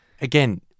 Again